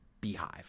beehive